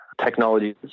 technologies